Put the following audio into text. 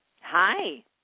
Hi